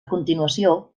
continuació